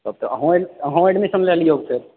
तब तऽ अहूँ अहूँ एडमिशन लए लिअ ओतहि